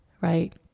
right